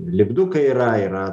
lipdukai yra yra